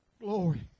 Glory